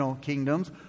kingdoms